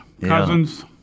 cousins